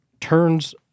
turns